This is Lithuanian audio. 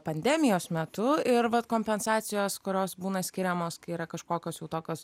pandemijos metu ir vat kompensacijos kurios būna skiriamos kai yra kažkokios tokios